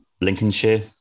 Lincolnshire